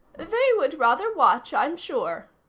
they would rather watch, i'm sure.